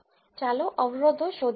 ચાલો આપણે ઓડસ શોધીએ